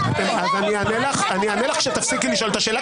אז אני אענה לך כשתפסיקי לשאול את השאלה,